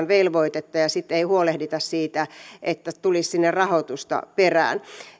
velvoitetta ja sitten ei huolehdita siitä että tulisi sinne rahoitusta perään